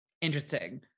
Interesting